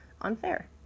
unfair